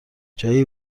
جایی